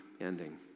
ending